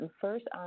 first